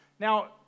Now